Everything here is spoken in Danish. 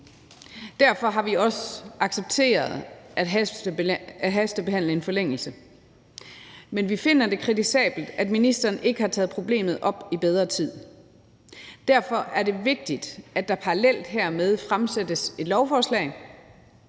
Derfor har vi også accepteret at hastebehandle en forlængelse. Men vi finder det kritisabelt, at ministeren ikke har taget problemet op i bedre tid. Derfor er det vigtigt, at der parallelt hermed fremsættes et lovforslag